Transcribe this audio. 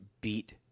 beat